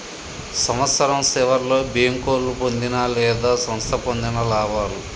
సంవత్సరం సివర్లో బేంకోలు పొందిన లేదా సంస్థ పొందిన లాభాలు